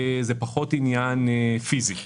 זה פחות עניין פיזי.